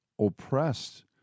oppressed